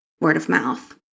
Word-of-mouth